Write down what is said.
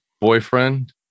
boyfriend